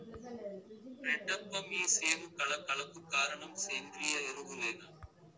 రెడ్డప్ప మీ సేను కళ కళకు కారణం సేంద్రీయ ఎరువులేనా